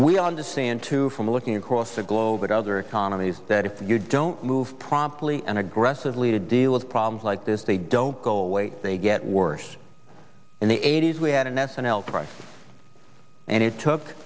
we understand too from looking across the globe at other economies that if you don't move promptly and aggressively to deal with problems like this they don't go away they get worse in the eighty's we had an s and l process and it took